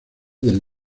del